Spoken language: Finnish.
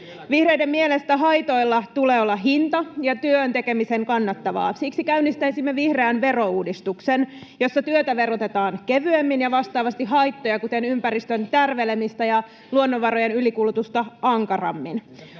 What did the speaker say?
Vihreiden mielestä haitoilla tulee olla hinta ja työn tekemisen kannattavaa. Siksi käynnistäisimme vihreän verouudistuksen, jossa työtä verotetaan kevyemmin ja vastaavasti haittoja, kuten ympäristön tärvelemistä ja luonnonvarojen ylikulutusta, ankarammin.